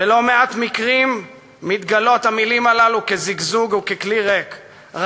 בלא-מעט מקרים מתגלות המילים האלה כזגזוג או ככלי ריק.